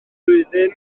flwyddyn